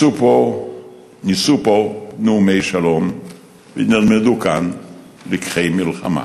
נישאו פה נאומי שלום ונלמדו כאן לקחי מלחמה.